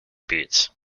beets